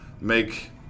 make